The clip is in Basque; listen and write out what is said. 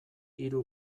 hiru